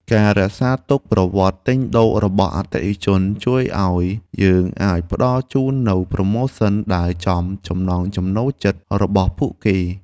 ការរក្សាទុកប្រវត្តិទិញដូររបស់អតិថិជនជួយឱ្យយើងអាចផ្ដល់ជូននូវប្រូម៉ូសិនដែលចំចំណង់ចំណូលចិត្តរបស់ពួកគេ។